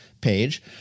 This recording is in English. page